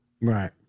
right